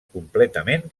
completament